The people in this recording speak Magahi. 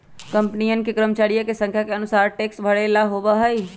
कंपनियन के कर्मचरिया के संख्या के अनुसार टैक्स भरे ला होबा हई